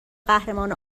قهرمان